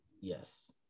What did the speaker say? Yes